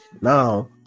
now